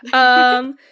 um,